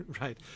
right